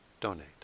donate